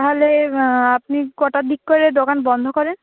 তাহলে আপনি কটার দিক করে দোকান বন্ধ করেন